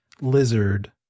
lizard